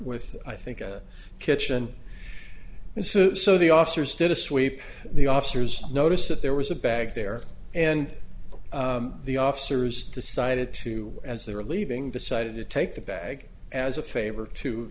with i think a kitchen and so the officers did a sweep the officers noticed that there was a bag there and the officers decided to as they were leaving decided to take the bag as a favor to